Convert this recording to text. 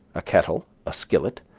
a kettle, a skillet,